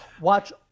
watch